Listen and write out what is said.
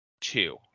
two